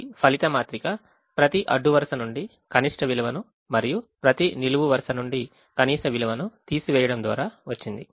ఈ ఫలిత మాత్రిక ప్రతి అడ్డు వరుస నుండి కనిష్ట విలువను మరియు ప్రతి నిలువు వరుస నుండి కనీస విలువను తీసివేయడం ద్వారా వచ్చింది